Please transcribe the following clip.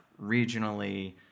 regionally